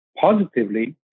positively